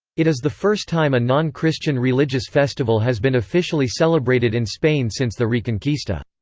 it is the first time a non-christian religious festival has been officially celebrated in spain since the reconquista.